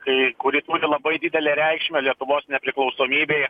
kai kuri turi labai didelę reikšmę lietuvos nepriklausomybei